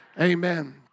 amen